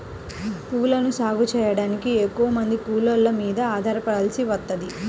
పూలను సాగు చెయ్యడానికి ఎక్కువమంది కూలోళ్ళ మీద ఆధారపడాల్సి వత్తది